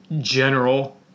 general